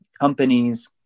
companies